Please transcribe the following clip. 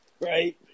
right